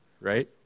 Right